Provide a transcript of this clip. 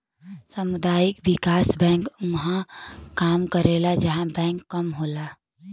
सामुदायिक विकास बैंक उहां काम करला जहां बैंक कम होला